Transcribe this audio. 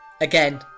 again